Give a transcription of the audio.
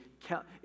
count